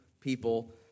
people